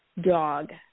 dog